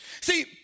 See